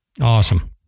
Awesome